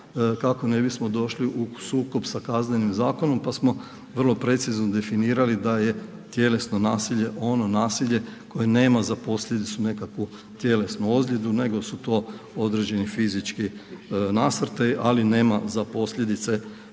kako ne bismo došli u sukob sa Kaznenim zakonom pa smo vrlo precizno definirali da je tjelesno nasilje ono nasilje koje nama za posljedicu nekakvu tjelesnu ozljedu nego su to određeni fizički nasrtaji, ali nema za posljedice nikakve